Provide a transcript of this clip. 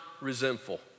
resentful